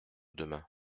demain